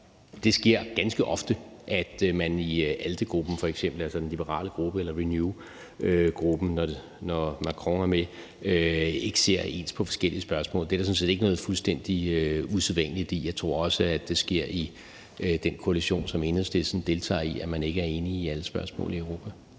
Det sker ganske ofte, at man f.eks. i ALDE-gruppen, altså den liberale gruppe, eller Renew Europe-gruppen, som Macrons parti er med i, ikke ser ens på forskellige spørgsmål. Det er der sådan set ikke noget fuldstændig usædvanligt i. Jeg tror også, at det sker i den koalition, som Enhedslisten deltager i, altså at man ikke er enige om alle spørgsmål i Europa.